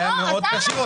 בעיה מאוד קשה.